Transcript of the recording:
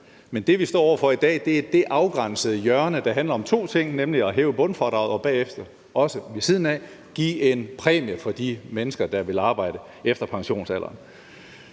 Men det, vi står over for i dag, er det afgrænsede hjørne, der handler om to ting, nemlig at hæve bundfradraget og bagefter – ved siden af – også give en præmie til de mennesker, der vil arbejde efter pensionsalderen.